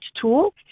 tool